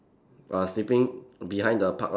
uh sleeping behind the park right